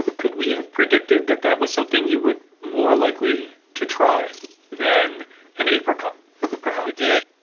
could we have predicted that that was something you would more likely to try than an apricot perhaps. you did.